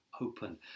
open